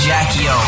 Jackie